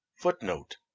Footnote